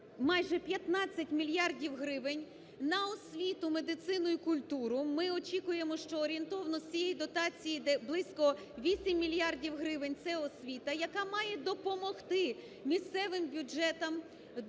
майже 15 мільярдів гривень на освіту, медицину і культуру. Ми очікуємо, що орієнтовно з цієї дотації іде близько 8 мільярдів гривень – це освіта, яка має допомогти місцевим бюджетам справитися